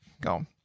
go